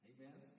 Amen